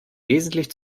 wesentlich